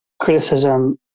criticism